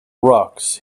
rocks